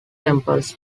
temples